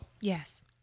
Yes